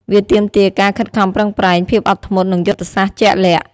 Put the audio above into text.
វាទាមទារការខិតខំប្រឹងប្រែង ភាពអត់ធ្មត់ និងយុទ្ធសាស្ត្រជាក់លាក់។